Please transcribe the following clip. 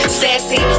sassy